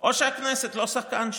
או שהכנסת לא שחקן שם.